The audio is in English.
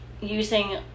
using